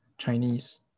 Chinese